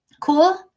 Cool